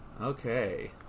Okay